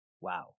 Wow